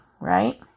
right